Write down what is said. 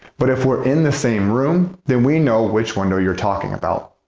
but if we're in the same room, then we know which window you're talking about.